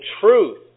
truth